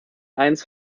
eines